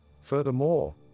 Furthermore